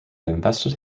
invested